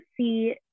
see